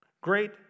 Great